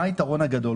מה היתרון הגדול?